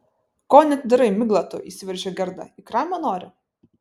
ko neatidarai migla tu įsiveržė gerda į kramę nori